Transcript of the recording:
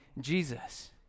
Jesus